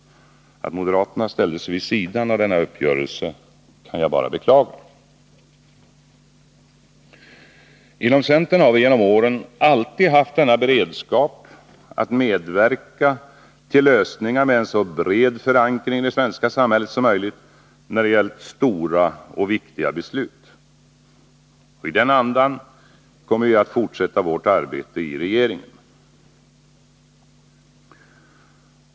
Att moderaterna ställde sig vid sidan av denna uppgörelse kan jag bara beklaga. Inom centern har vi genom åren alltid haft denna beredskap att medverka till lösningar med en så bred förankring i svenska samhället som möjligt, när det gällt stora och viktiga beslut. I den andan kommer vi att fortsätta vårt arbete i regeringen.